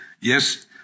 Yes